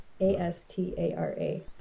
a-s-t-a-r-a